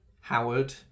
Howard